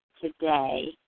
today